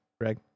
Greg